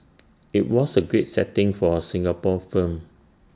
IT was A great setting for A Singapore firm